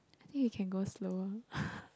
I think you can go slower